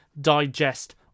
digest